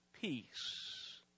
peace